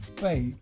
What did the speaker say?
faith